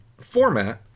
format